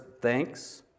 thanks